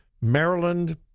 Maryland